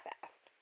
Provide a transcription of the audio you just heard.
fast